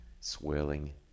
swirling